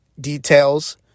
details